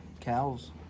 cows